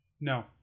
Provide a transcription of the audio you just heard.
No